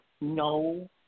no